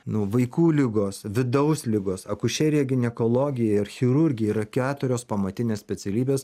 nu vaikų ligos vidaus ligos akušerija ginekologija ir chirurgija yra keturios pamatinės specialybės